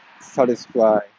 satisfy